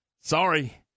sorry